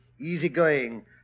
easygoing